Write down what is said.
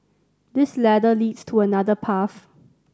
this ladder leads to another path